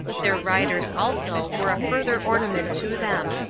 their riders also were a further ornament to them,